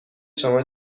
شما